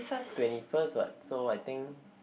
twenty first what so I think